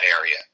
area